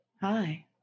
hi